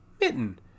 Mitten